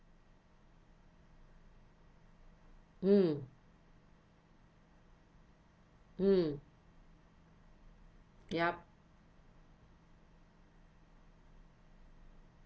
mm mm yup